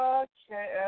okay